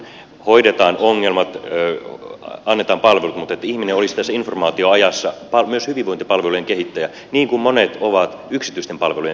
hoidetaan ongelmat annetaan palvelut mutta niin että ihminen olisi tässä informaatioajassa myös hyvinvointipalvelujen kehittäjä niin kuin monet ovat yksityisten palvelujen kehittäjiä